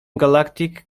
galactic